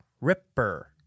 Ripper